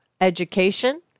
Education